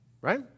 right